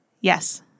Yes